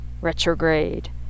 Retrograde